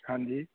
ਹਾਂਜੀ